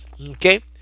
okay